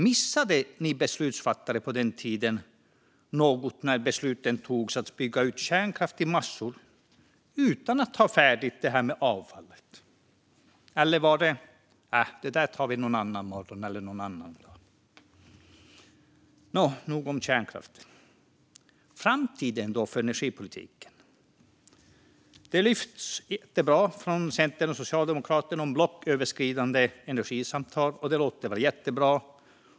Missade ni beslutsfattare på den tiden något när besluten togs om att bygga ut kärnkraft i massor utan att ha löst detta med avfallet? Eller tänkte ni: Äh, det där tar vi någon annan gång? Nå, nog om kärnkraft. Hur ser framtiden för energipolitiken ut? Blocköverskridande energisamtal lyfts fram på ett bra sätt från Centerpartiet och Socialdemokraterna. Det låter jättebra.